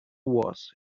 wars